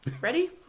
Ready